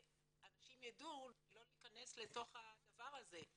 שאנשים יידעו לא להכנס לתוך הדבר הזה,